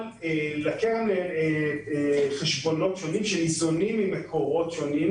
לקרן יש חשבונות שונים שניזונים ממקורות שונים,